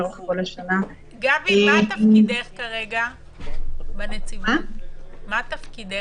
מה תפקידך בנציבות?